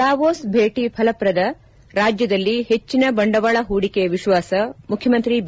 Davos ಭೇಟಿ ಫಲಪ್ರದ ರಾಜ್ಯದಲ್ಲಿ ಹೆಚ್ಚಿನ ಬಂಡವಾಳ ಹೂಡಿಕೆ ವಿಶ್ವಾಸ ಮುಖ್ಯಮಂತ್ರಿ ಬಿ